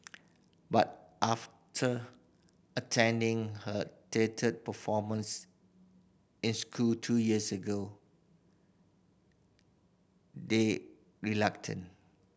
but after attending her theatre performance in school two years ago they relented